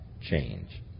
change